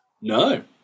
No